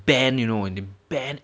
ban you know in the ban